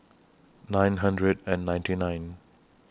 nine hundred and ninety nine